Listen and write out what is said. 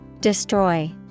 Destroy